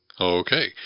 Okay